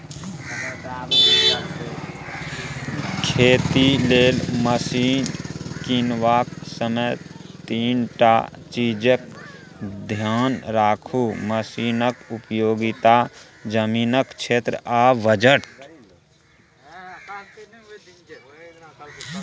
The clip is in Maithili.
खेती लेल मशीन कीनबाक समय तीनटा चीजकेँ धेआन राखु मशीनक उपयोगिता, जमीनक क्षेत्र आ बजट